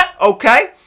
Okay